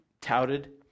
touted